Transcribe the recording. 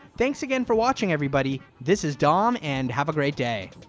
thanks again for watching everybody this is dom and have a great day